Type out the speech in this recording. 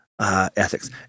ethics